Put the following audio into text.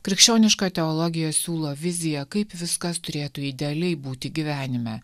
krikščioniška teologija siūlo viziją kaip viskas turėtų idealiai būti gyvenime